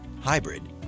hybrid